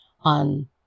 on